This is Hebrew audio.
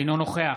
אינו נוכח